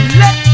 let